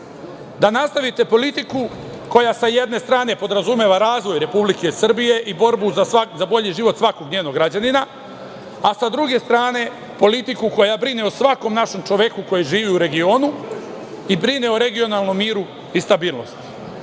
Da nastavite politiku koja se jedne strane podrazumeva razvoj Republike Srbije i borbu za bolji život svakog njenog građanina, a sa druge strane politiku koja brine o svakom našem čoveku koji živi u regionu i brine o regionalnom miru i stabilnosti.